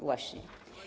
Właśnie.